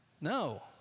No